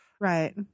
Right